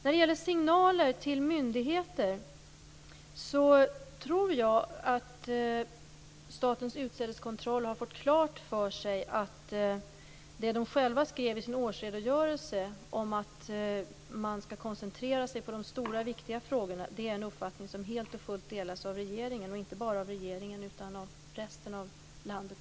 I frågan om signaler till myndigheter tror jag att Statens utsädeskontroll har fått klart för sig att det som de själva skrev i sin årsredogörelse om att man bör koncentrera sig på de stora, viktiga frågorna är en uppfattning som helt och fullt delas av regeringen. Den delas inte bara av regeringen utan också av resten av landet.